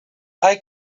hay